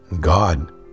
God